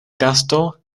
gasto